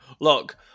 Look